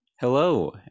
Hello